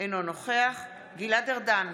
אינו נוכח גלעד ארדן,